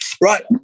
Right